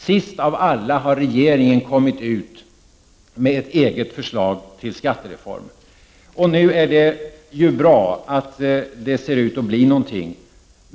Sist av alla har regeringen framlagt ett eget förslag till skattereform, och det är ju bra att det nu ser ut att bli någonting.